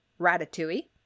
ratatouille